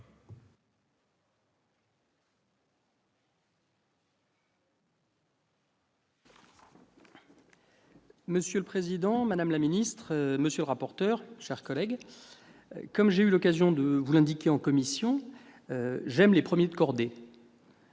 Monsieur le président, madame la secrétaire d'État, monsieur le rapporteur, mes chers collègues, comme j'ai eu l'occasion de vous l'indiquer en commission, j'aime les premiers de cordée.